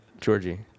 Georgie